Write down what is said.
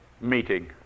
meeting